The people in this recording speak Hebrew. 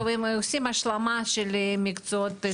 הם עושים השלמה של מקצועות ספציפיים.